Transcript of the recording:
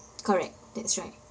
correct that's right